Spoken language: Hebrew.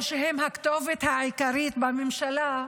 או שהם הכתובת העיקרית בממשלה,